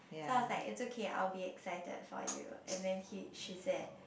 so I was like it's okay I'll be excited for you and then he she said